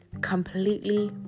Completely